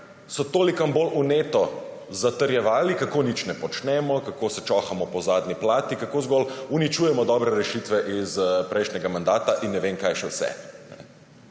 so toliko bolj vneto zatrjevali, kako nič ne počnemo, kako se čohamo po zadnji plati, kako zgolj uničujemo dobre rešitve iz prejšnjega mandata in ne vem, kaj še vse.